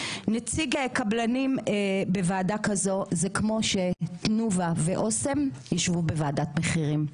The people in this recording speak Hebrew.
נציג הקבלנים בוועדה כזו זה כמו שתנובה ואוסם יישבו בוועדת מחירים.